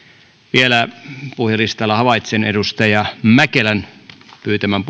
vielä puhujalistalla havaitsen edustaja mäkelän pyytämän